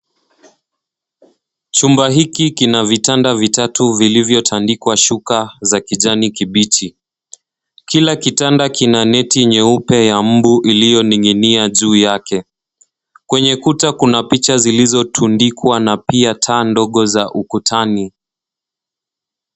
Chumba hiki kina vitanda vitatu vilivyotandikwa shuka za kijani kibichi. Kila kitanda kina neti nyeupe ya mbu iliyoning'inia juu yake. Kwenye kuta kuna picha zilizotundikwa, na pia taa ndogo za ukutani.